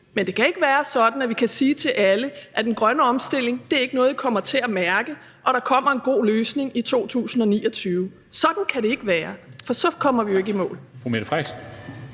Men det kan ikke være sådan, at vi kan sige til alle, at den grønne omstilling ikke er noget, de kommer til at mærke, og at der kommer en god løsning i 2029. Sådan kan det ikke være, for så kommer vi jo ikke i mål.